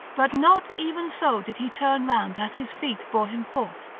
but not even so did he turn round as his feet bore him forth,